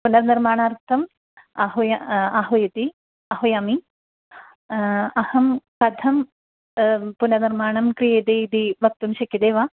पुनर्निर्माणार्थम् आह्वय आह्वयति आह्वयामि अहं कथं पुनर्निर्माणं क्रियते इति वक्तुं शक्यते वा